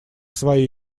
своей